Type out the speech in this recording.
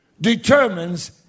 determines